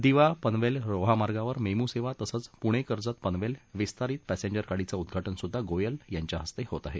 दिवा पनवेल रोहा मार्गावर मेमू सेवा तसंच पुणे कर्जत पनवेल विस्तारीत पॅसेंजर गाडीचं उद्वाटन सुद्धा गोयल यांच्या हस्ते होत आहे